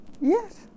Yes